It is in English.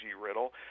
Riddle